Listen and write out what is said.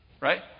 Right